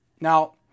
Now